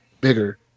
bigger